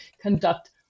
conduct